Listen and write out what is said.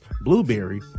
Blueberry